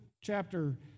chapter